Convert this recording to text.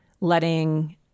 letting